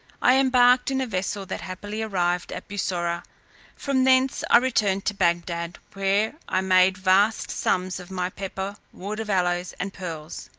i embarked in a vessel that happily arrived at bussorah from thence i returned to bagdad, where i made vast sums of my pepper, wood of aloes, and pearls.